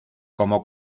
como